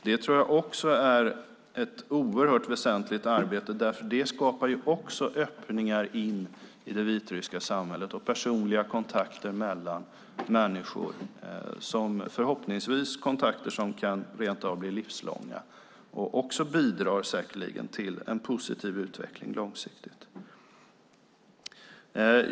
Det tror jag också är ett oerhört väsentligt arbete, därför att det skapar öppningar in i det vitryska samhället och personliga kontakter mellan människor, kontakter som förhoppningsvis rentav kan bli livslånga och säkerligen också bidra till en positiv utveckling långsiktigt.